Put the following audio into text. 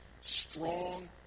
strong